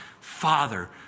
father